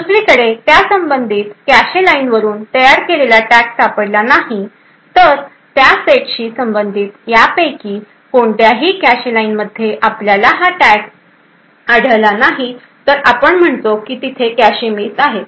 दुसरीकडे त्या संबंधित कॅशे लाइन वरुन तयार केलेला टॅग सापडला नाही तर त्या सेटशी संबंधित यापैकी कोणत्याही कॅशे लाइनमध्ये आपल्याला हा टॅग आढळला नाही तर आपण म्हणतो की तिथे कॅशे मिस आहे